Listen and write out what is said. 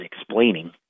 explaining